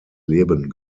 leben